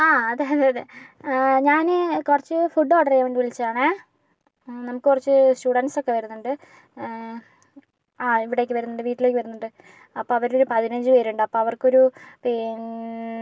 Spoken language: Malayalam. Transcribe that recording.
ആ അതെ അതെ അതെ ഞാന് കുറച്ച് ഫുഡ് ഓർഡറെയ്യാൻ വേണ്ടി വിളിച്ചതാണേ നമുക്ക് കുറച്ച് സ്റ്റുഡൻസ്സൊക്കെ വരുന്നുണ്ട് ആ ഇവിടേക്ക് വരുന്നുണ്ട് വീട്ടിലേക്ക് വരുന്നുണ്ട് അപ്പോൾ അവരൊരു പതിനഞ്ചുപേരുണ്ട് അപ്പോൾ അവർക്കൊരു പിന്നേ